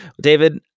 david